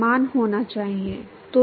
समान होना चाहिए